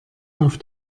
auf